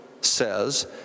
says